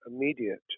immediate